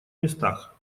местах